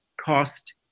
cost